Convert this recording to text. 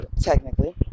technically